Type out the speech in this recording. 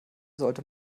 sollte